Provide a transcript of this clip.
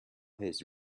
his